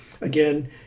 again